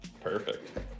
perfect